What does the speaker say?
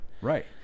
Right